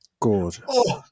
Gorgeous